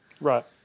Right